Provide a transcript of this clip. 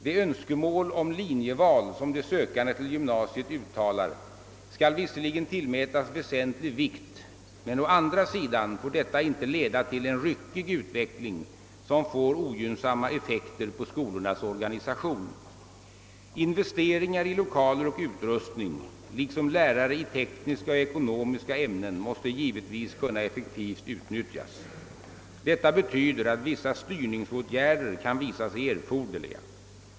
De önskemål om linjeval som de sökande till gymnasiet uttalar skall visserligen tillmätas väsentlig vikt, men å andra sidan får detta inte leda till en ryckig utveckling som får ogynnsamma effekter på skolornas organisation. Investeringar i lokaler och utrustning liksom lärare i tekniska och ekonomiska ämnen måste givetvis kunna effektivt utnyttjas. Detta betyder att vissa styrningsåtgärder kan visa sig erforderliga.